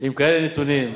עם כאלה נתונים,